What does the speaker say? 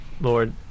Lord